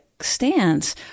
stance